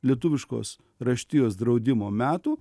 lietuviškos raštijos draudimo metų